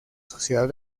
sociedad